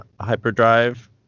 hyperdrive